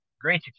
great